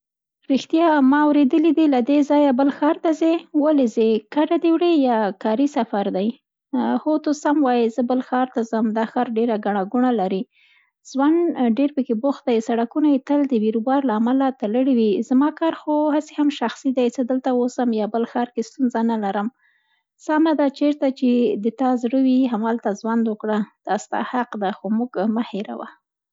رښتیا ما اورېدلي دي، له دې ځایه بل ښار ته ځې، ولې ځې، کډه دې وړې یا کاري سفر دی؟ هو ته سم وایي، زه بل ښار ته ځم، دا ښار ډېره ګڼه ګوڼه لري، زوند ډېر پکې بوخت ده، سرکونه یې تل د بیروبار له امله تړلي وي. زما کار خو هسې هم شخصي ده، څه دلته اووسم یا بل ښار کې ستونزه نه لرم. سمه ده، چېرته چي دي تا زړه وي، هالته زوند وکړه، دا ستا حق ده، خو موږ مه هېروه.